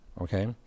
okay